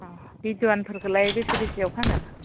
अ बिदन फोरखौलाय बेसे बेसेयाव फानो